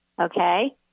okay